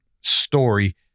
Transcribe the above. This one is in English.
story